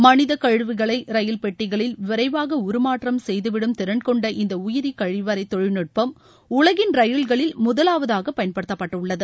மனித கழிவுகளை ரயில் பெட்டிகளில் விரைவாக உருமாற்றம் செய்து விடும் திறன்கொண்ட இந்த உயிரி கழிவறை தொழில்நுட்பம் உலகின் ரயில்களில் முதலாவதாக பயன்படுத்தப்பட்டுள்ளது